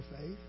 faith